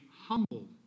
humble